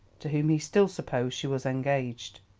to whom he still supposed she was engaged.